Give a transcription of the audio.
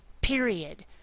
period